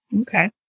Okay